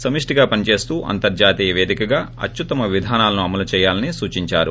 సమిష్టిగా పనిచేస్తూ అంతర్హతీయ వేదికగా అత్యుత్తమ విధానాలను అమలు చేయాలని సూచించారు